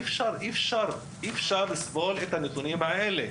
אי אפשר לסבול את הנתונים האלה.